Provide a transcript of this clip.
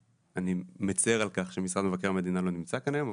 אני מצר על כך שמשרד מבקר המדינה לא נמצא כאן היום,